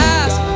ask